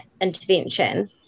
intervention